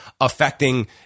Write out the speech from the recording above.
affecting